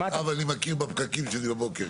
אני אשמע בשמחה אחר כך.